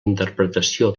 interpretació